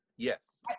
Yes